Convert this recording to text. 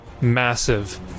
massive